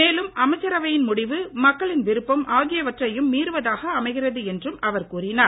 மேலும் அமைச்சரவையின் முடிவு மக்களின் விருப்பம் ஆகியவற்றையும் மீறுவதாக அமைகிறது எனவும் அவர் கூறினார்